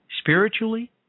spiritually